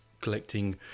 collecting